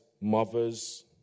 mothers